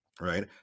right